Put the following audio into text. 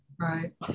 Right